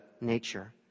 nature